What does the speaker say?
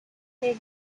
new